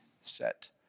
set